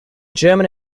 german